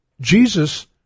Jesus